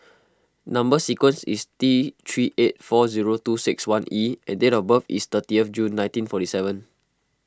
Number Sequence is T three eight four zero two six one E and date of birth is thirty of June nineteen forty seven